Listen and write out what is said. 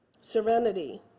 serenity